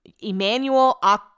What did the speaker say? Emmanuel